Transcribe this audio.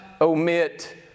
omit